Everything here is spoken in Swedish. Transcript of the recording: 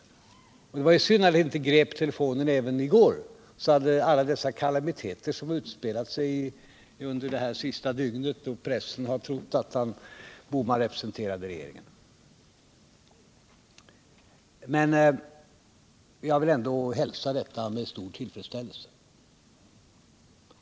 Det var synd att detta inte skedde också I går. Då hade vi sluppit de kalamiteter som utspelat sig under senaste dygnet, då pressen trott att herr Bohman representerade regeringen. Jag vill ändå hälsa detta med stor tillfredsställelse.